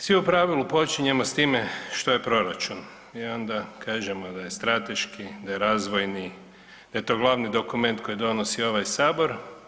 Svi u pravilu počinjemo s time što je proračun i onda kažemo da je strateški, da je razvojni, da je to glavni dokument koji donosi ovaj Sabor.